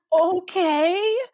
Okay